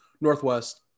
Northwest